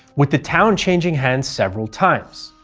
with the town changing hands several times.